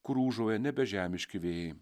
kur ūžauja nebe žemiški vėjai